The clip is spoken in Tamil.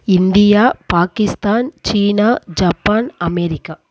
இந்தியா பாகிஸ்தான் சீனா ஜப்பான் அமெரிக்கா